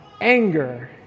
anger